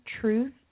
truth